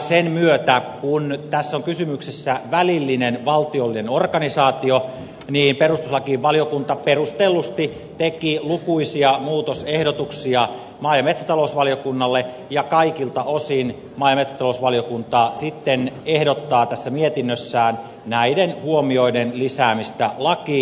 sen myötä kun tässä on kysymyksessä välillinen valtiollinen organisaatio perustuslakivaliokunta perustellusti teki lukuisia muutosehdotuksia maa ja metsätalousvaliokunnalle ja kaikilta osin maa ja metsätalousvaliokunta sitten ehdottaa tässä mietinnössään näiden huomioiden lisäämistä lakiin